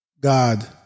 God